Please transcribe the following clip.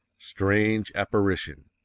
strange apparition!